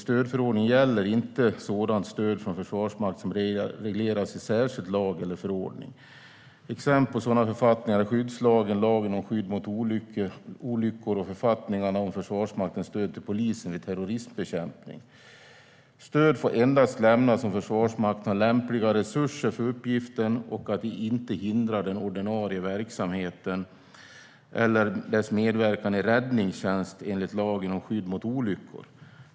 Stödförordningen gäller inte sådant stöd från försvarsmakt som regleras i särskild lag eller förordning. Exempel på sådana författningar är skyddslagen, lagen om skydd mot olyckor och författningarna om Försvarsmaktens stöd till polisen vid terrorismbekämpning. Stöd får lämnas endast om Försvarsmakten har lämpliga resurser för uppgiften och det inte hindrar den ordinarie verksamheten eller dess medverkan i räddningstjänst enligt lagen om skydd mot olyckor.